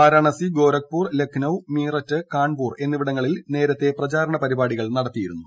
വാരണാസി ഗോരഖ്പൂർ ലഖ്നൌ മീറ്റ്റ് കാൺപൂർ എന്നിവിടങ്ങളിൽ നേരത്തെ പ്രചാരണ പരിപാടികൾ നടത്തിയിരുന്നു